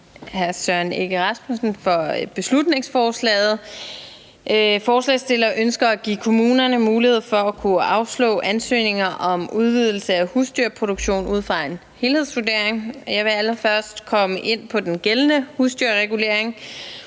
hr. Søren Egge Rasmussen for beslutningsforslaget. Forslagsstillerne ønsker at give kommunerne mulighed for at kunne afslå ansøgninger om udvidelse af husdyrproduktion ud fra en helhedsvurdering. Jeg vil allerførst komme ind på den gældende husdyrregulering.